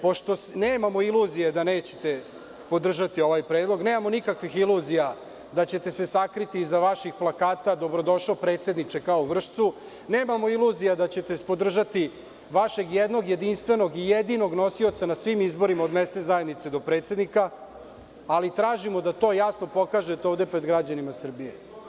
Pošto nemamo iluzije da nećete podržati ovaj predlog, nemamo nikakvih iluzija da ćete se sakriti iza vaših plakata – dobrodošao predsedniče, kao u Vršcu, nemamo iluzija da ćete podržati vašeg jednog jedinstvenog i jedinog nosioca na svim izborima od mesne zajednice do predsednika, ali tražimo da to jasno pokažete ovde pred građanima Srbije.